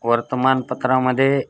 वर्तमानपत्रांमध्ये